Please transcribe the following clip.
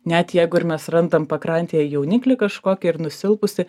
net jeigu ir mes randam pakrantėje jauniklį kažkokį ar nusilpusį